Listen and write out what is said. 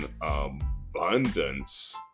abundance